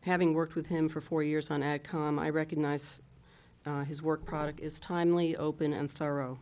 having worked with him for four years on at com i recognize his work product is timely open